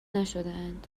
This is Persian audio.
نشدهاند